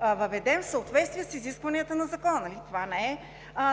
въведем в съответствие с изискванията на Закона? Това